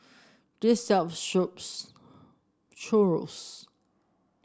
this shop sells Chorizo